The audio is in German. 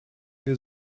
wir